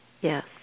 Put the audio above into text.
Yes